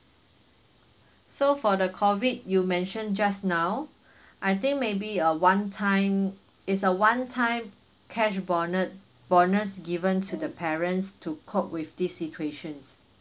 so for the COVID you mentioned just now I think maybe a one time it's a one time cash bonu~ bonus given to the parents to cope with this situations